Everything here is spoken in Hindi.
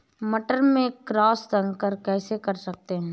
मटर में क्रॉस संकर कैसे कर सकते हैं?